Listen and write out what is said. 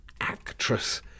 actress